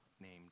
named